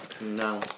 No